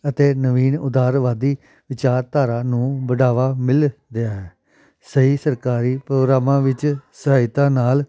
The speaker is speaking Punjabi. ਅਤੇ ਨਵੀਨ ਉਦਾਰਵਾਦੀ ਵਿਚਾਰਧਾਰਾ ਨੂੰ ਵਡਾਵਾ ਮਿਲ ਰਿਹਾ ਹੈ ਸਹੀ ਸਰਕਾਰੀ ਪ੍ਰੋਗਰਾਮਾਂ ਵਿੱਚ ਸਹਾਇਤਾ ਨਾਲ਼